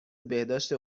بهداشت